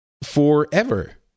Forever